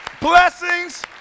blessings